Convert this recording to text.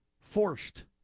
forced